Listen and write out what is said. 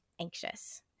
anxious